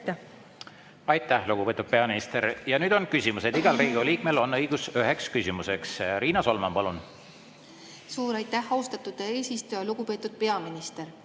Aitäh, lugupeetud peaminister! Ja nüüd on küsimused. Igal Riigikogu liikmel on õigus üheks küsimuseks. Riina Solman, palun! Suur aitäh, austatud eesistuja! Lugupeetud peaminister!